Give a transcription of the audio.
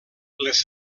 les